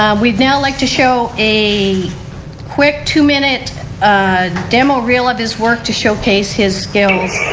um we'd now like to show a quick two minute demo real of his work to showcase his skills.